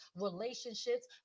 relationships